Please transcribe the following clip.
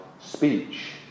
speech